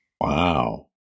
Wow